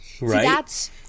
right